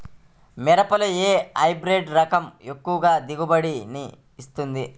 మిరపలో ఏ హైబ్రిడ్ రకం ఎక్కువ దిగుబడిని ఇస్తుంది?